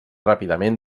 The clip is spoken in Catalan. ràpidament